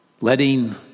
letting